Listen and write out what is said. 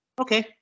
Okay